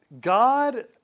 God